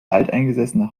alteingesessene